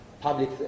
public